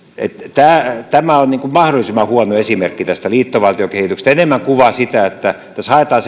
tämä tämä on mahdollisimman huono esimerkki liittovaltiokehityksestä se enemmän kuvaa sitä että tässä haetaan